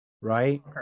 right